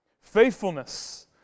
faithfulness